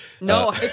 No